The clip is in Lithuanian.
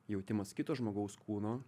jautimas kito žmogaus kūno